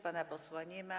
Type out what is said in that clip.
Pana posła nie ma.